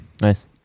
nice